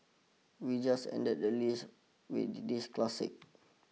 we just ended the list with this classic